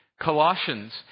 Colossians